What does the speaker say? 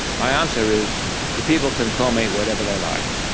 my answer is that people can call me whatever they like